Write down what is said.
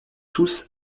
tous